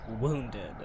Wounded